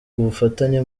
ubufatanye